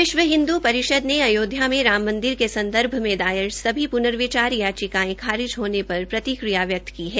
विश्व हिन्दू परिषद ने अयोध्या में राम मंदिर के संदर्भ में दायर प्नविचार याचिकायें खारिज होने पर प्रतिक्रिया व्यक्त की है